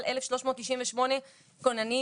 אבל 1,398 כוננים,